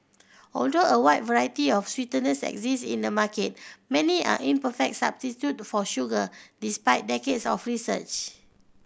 although a wide variety of sweeteners exist in the market many are imperfect substitute for sugar despite decades of research